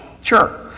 Sure